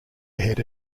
ahead